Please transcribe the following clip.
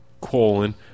colon